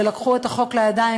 כשלקחו את החוק לידיים,